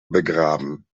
begraben